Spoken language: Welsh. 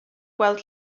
gweld